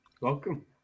Welcome